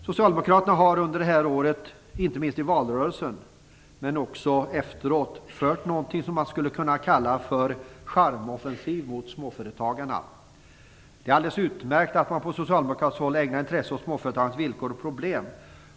Socialdemokraterna har inte minst i valrörelsen under det här året, men också efteråt, fört någonting som man skulle kunna kalla för en charmoffensiv mot småföretagarna. Det är alldeles utmärkt att man på socialdemokratiskt håll ägnar intresse åt småföretagens villkor och problem.